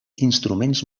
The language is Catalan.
instruments